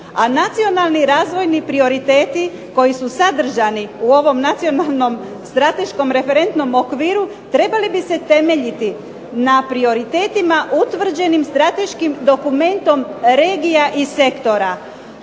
A nacionalni razvojni prioriteti koji su sadržani u ovom Nacionalnom strateškom referentnom okviru trebali bi se temeljiti na prioritetima utvrđenim strateškim dokumentom regija i sektora.